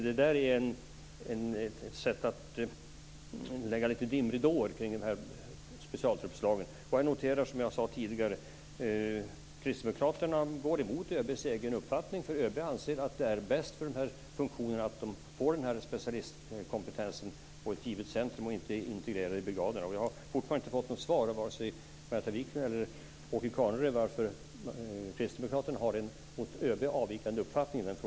Det är alltså ett sätt att lägga lite dimridåer kring de här specialtruppslagen. Jag noterar, som jag sade tidigare, att kristdemokraterna går emot ÖB:s egen uppfattning. ÖB anser nämligen att det är bäst för dessa funktioner att de får specialkompetensen på ett givet centrum och inte i brigaderna. Jag har fortfarande inte fått något svar av vare sig Margareta Viklund eller Åke Carnerö på varför kristdemokraterna har en uppfattning i frågan som avviker från ÖB:s.